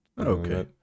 okay